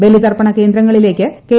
ബലിതർപ്പണ കേന്ദ്രങ്ങളിലേയ്ക്ക് കെ